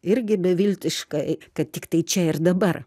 irgi beviltiška kad tiktai čia ir dabar